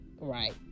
right